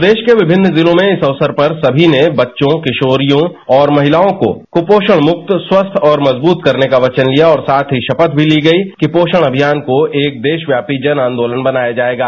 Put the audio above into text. प्रदेश के विभिन्न जिलों में इस अवसर पर सभी ने बच्चों किशोरियों और महिलाओं को कुपोषण मुक्त स्वस्थ और मजबूत करने का वचन लिया और साथ ही शपथ भी ली गई कि पोषण अभियान को एक देश व्यापी जनआंदोलन बनाया जायेगा